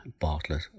bartlett